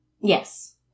Yes